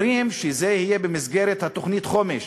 אומרים שזה יהיה במסגרת תוכנית החומש.